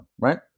right